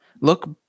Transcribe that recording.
look